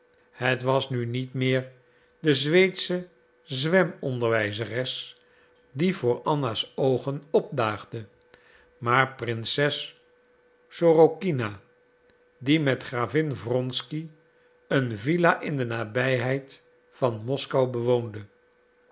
het was nu niet meer de zweedsche zwemonderwijzeres die voor anna's oogen opdaagde maar prinses sorokina die met gravin wronsky een villa in de nabijheid van moskou bewoonde